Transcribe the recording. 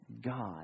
God